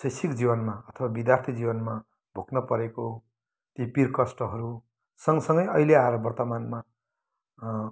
शैक्षिक जीवनमा अथवा विद्यार्थी जीवनमा भोग्न परेको ती पीर कष्टहरूसँगसँगै अहिले आएर वर्तमानमा